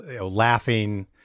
laughing